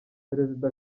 perezida